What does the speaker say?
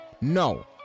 no